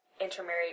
intermarried